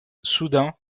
soudain